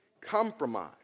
Compromise